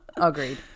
Agreed